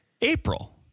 April